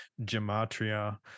gematria